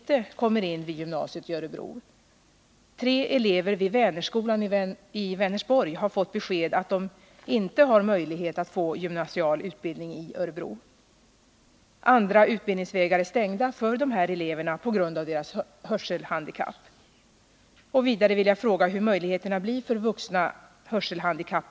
Tre elever vid Vänerskolan i Vänersborg har fått besked om att de inte har möjlighet att få gymnasial utbildning i Örebro. Andra utbildningsvägar är stängda för dessa elever på grund av deras hörselhandikapp.